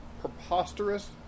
preposterous